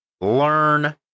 learn